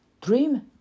Dream